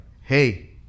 Hey